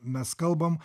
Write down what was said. mes kalbam